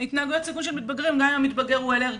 התנהגויות סיכון של מתגברים גם אם המתגבר הוא אלרגי.